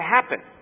happen